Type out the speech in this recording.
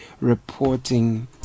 reporting